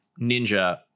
Ninja